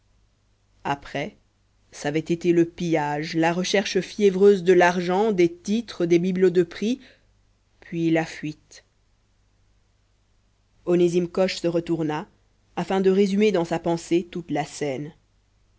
après c'avait été le pillage la recherche fiévreuse de l'argent des titres des bibelots de prix puis la fuite onésime coche se retourna afin de résumer dans sa pensée toute la scène